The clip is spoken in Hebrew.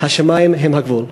השמים הם הגבול.